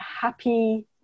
happy